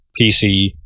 PC